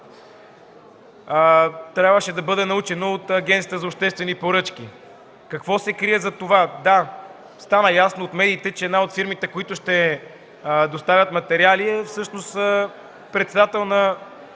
трябваше да бъде научено от Агенцията по обществени поръчки. Какво се крие зад това? Да, стана ясно от медиите, че една от фирмите, които ще доставят материали, всъщност собственикът на